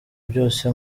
byose